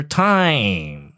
time